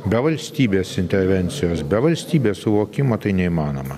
be valstybės intervencijos be valstybės suvokimo tai neįmanoma